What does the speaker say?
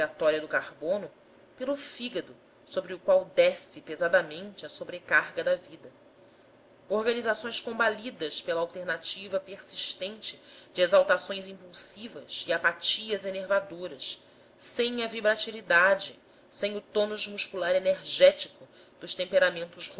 do carbono pelo fígado sobre o qual desce pesadamente a sobrecarga da vida organizações combalidas pela alternativa persistente de exaltações impulsivas e apatias enervadoras sem a vibratilidade sem o tônus muscular enérgico dos temperamentos